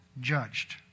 judged